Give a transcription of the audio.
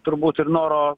turbūt ir noro